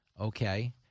okay